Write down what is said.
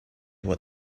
what